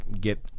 get